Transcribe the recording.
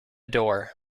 door